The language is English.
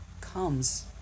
comes